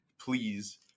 please